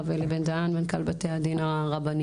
הרב אלי בן דהן מנכ"ל בתי הדין הרבניים,